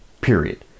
period